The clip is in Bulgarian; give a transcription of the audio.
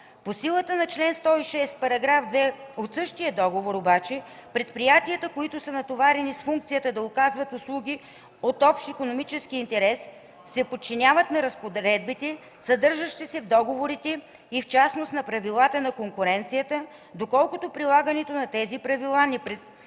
По силата на чл. 106, параграф 2 от същия договор обаче предприятията, които са натоварени с функцията да оказват услуги от общ икономически интерес, се подчиняват на разпоредбите, съдържащи се в договорите и в частност на правилата на конкуренцията, доколкото прилагането на тези правила не препятства